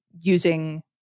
using